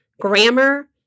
grammar